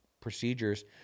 procedures